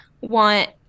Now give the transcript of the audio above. want